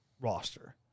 roster